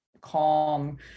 calm